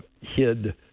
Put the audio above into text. hid